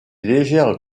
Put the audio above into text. légères